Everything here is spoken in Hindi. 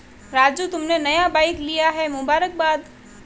राजू तुमने नया बाइक लिया है मुबारकबाद